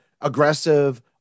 aggressive